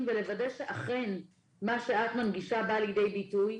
ולוודא שאכן מה שאת מנגישה בא לידי ביטוי.